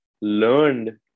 learned